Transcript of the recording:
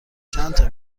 چندتا